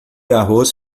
arroz